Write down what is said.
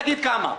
תגיד כמה.